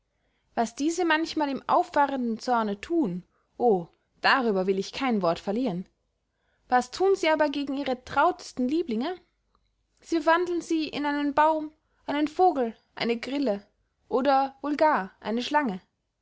was diese manchmal im auffahrenden zorne thun o darüber will ich kein wort verlieren was thun sie aber gegen ihre trautesten lieblinge sie verwandeln sie in einen baum einen vogel eine grille oder wohl gar eine schlange